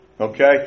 okay